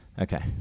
Okay